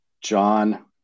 John